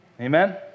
Amen